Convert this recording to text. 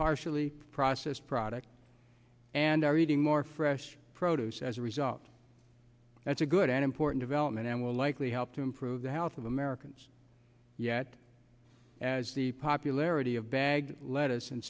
partially process product and are eating more fresh produce as a result that's a good and important development and will likely help to improve the health of americans yet as the popularity of bagged lettuce and